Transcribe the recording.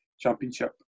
Championship